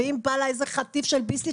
ואם בא לה איזה חטיף של ביסלי,